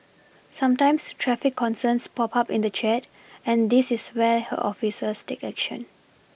sometimes traffic concerns pop up in the chat and this is where her officers take action